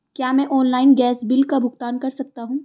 क्या मैं online gas bill का भुगतान कर सकता हूँ?